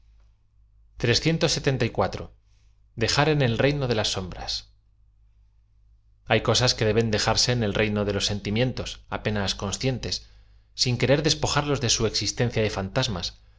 r en el reino de las sombras h ay cosas que deben dejarse en el reido de los sen timlentos apenas conscientes sin querer despojarlos de su existencia de fantasmas